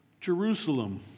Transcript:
Jerusalem